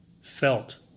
felt